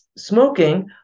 smoking